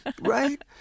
right